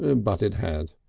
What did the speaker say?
and but it had.